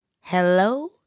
Hello